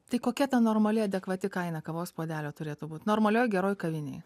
tai kokia ta normali adekvati kaina kavos puodelio turėtų būt normalioj geroj kavinėj